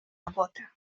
работы